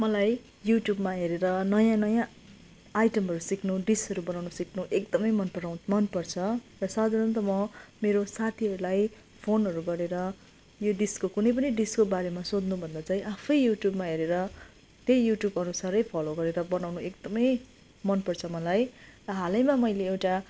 मलाई युट्युबमा हेरेर नयाँ नयाँ आइटमहरू सिक्नु डिसहरू बनाउनु सिक्नु एकदमै मन पराउ मन पर्छ र साधारणतः म मेरो साथीहरूलाई फोनहरू गरेर यो डिसको कुनै पनि डिसको बारेमा सोध्नु भन्दा चाहिँ आफै युट्युबमा हेरेर त्यहीँ यु ट्युब अनुसारै फलो गरेर बनाउनु एकदमै मन पर्छ मलाई र हालैमा मैले एउटा